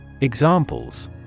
Examples